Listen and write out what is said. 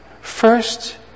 First